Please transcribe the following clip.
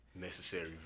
Necessary